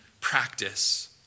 practice